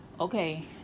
okay